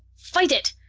fight it!